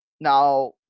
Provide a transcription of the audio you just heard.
Now